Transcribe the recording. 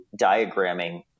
diagramming